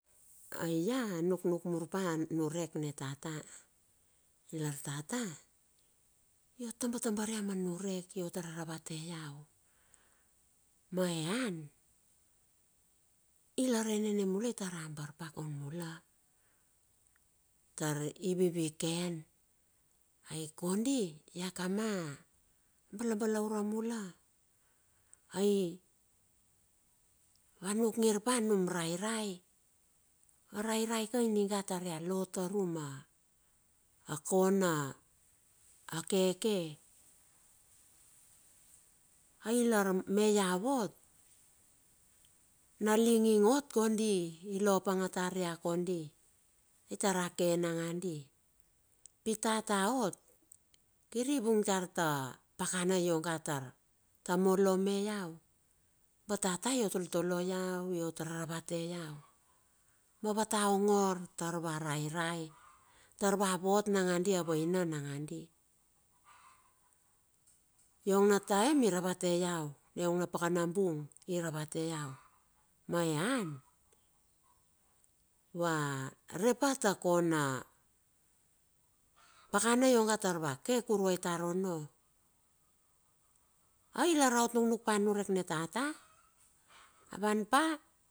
Ai ia a nuknuk mur pa a niurek ni tata. Lar tata iot tabatabar ia ma niurek te iau. Ma ean, ilar enane mula itar abar pa kaun mula. Tari vivi ken ai kondi ia kama balabalaure mula, ai va nuk ngir pa num rairai. A rairai ka ninga tar ia lo taru ma kona keke. Ai lar me ai vot, na linging ot kondi, ilo apenge tar ia kondi, ai tar a ke nakandi, pi tata ot kiri vung tar ta pakana ta molo me lau. Tata iot toltolo iau iot ravete iau ma va ta iau, va ta angor taur taur va rai rai tar vavot nangandi avaina na nangandi, iong na taem iravate lau, iong na pakapakana bung iravate iau, ma ean vare pa ta kona pakana ionga tar va ke kuruai tar ono. Ai lar aot nuknuk pa nurek ni tata avan pa.